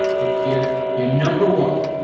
like you're you're number one.